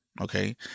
okay